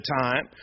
time